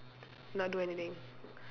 not do anything